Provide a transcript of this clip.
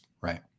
Right